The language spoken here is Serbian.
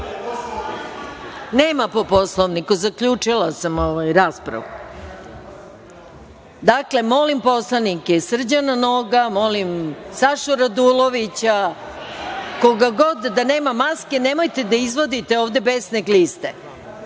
po Poslovniku. Zaključila sam raspravu. Dakle, molim poslanike Srđana Noga, molim Sašu Radulovića, koga god da nema maske. Nemojte da izvodite ovde besne gliste